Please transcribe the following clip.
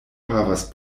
havas